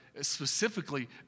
specifically